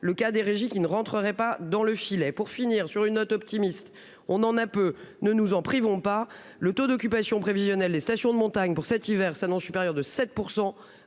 le cas des régies qui ne rentreraient pas dans le filet pour finir sur une note optimiste. On en a peu, ne nous en privons pas. Le taux d'occupation prévisionnels des stations de montagne pour cet hiver s'annonce supérieure de 7%